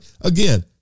Again